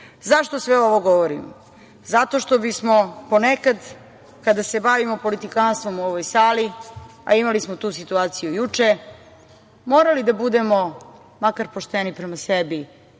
dana.Zašto sve ovo govorim? Zato što bismo ponekad, kada se bavimo politikanstvom u ovoj sali, a imali smo tu situaciju juče, morali da budemo makar pošteni prema sebi